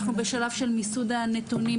אנחנו בשלב של מיסוד הנתונים,